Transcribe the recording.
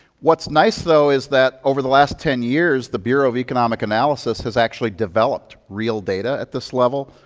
what's nice, though, is that over the last ten years, the bureau of economic analysis has actually developed real data at this level.